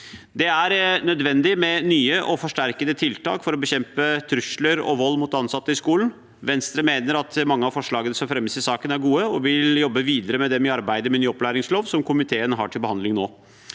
Det er nødvendig med nye og forsterkede tiltak for å bekjempe trusler og vold mot ansatte i skolen. Venstre mener at mange av forslagene som fremmes i saken, er gode, og vi vil jobbe videre med dem i arbeidet med ny opplæringslov, som komiteen har til behandling nå.